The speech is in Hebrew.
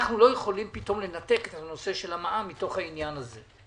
אנחנו לא יכולים פתאום לנתק את הנושא של המע"מ מתוך העניין הזה,